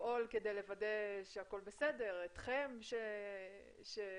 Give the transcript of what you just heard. לפעול כדי לוודא שהכול בסדר, אתכם כחלק